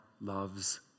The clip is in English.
loves